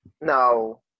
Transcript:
No